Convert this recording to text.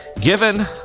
Given